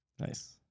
Nice